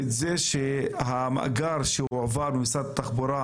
משרד התחבורה